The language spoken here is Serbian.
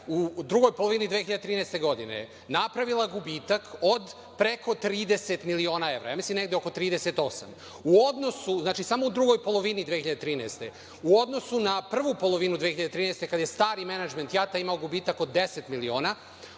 u drugoj polovini 2013. godine napravila gubitak od preko 30 miliona evra, mislim oko 38, znači samo u drugoj polovini 2013. godine, u odnosu na prvu polovinu, kada je stari menadžment JAT-a imao gubitak od 10 miliona,